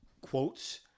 quotes